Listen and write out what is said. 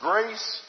Grace